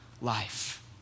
life